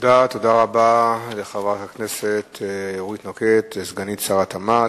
תודה רבה לחברת הכנסת אורית נוקד, סגנית שר התמ"ת,